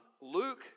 Luke